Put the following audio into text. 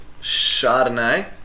Chardonnay